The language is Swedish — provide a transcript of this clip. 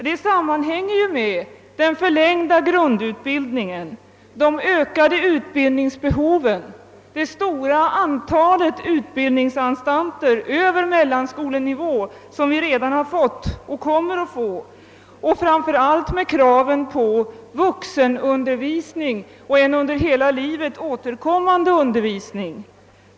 Detta sammanhänger med den förlängda grundutbildningen, de ökade utbildningsbehoven, det stora antalet utbildningsanstalter över mellanskolenivå som vi redan har fått och kommer att få och, framför allt, med kravet på vuxenundervisningen och en under hela livet återkommande undervisning.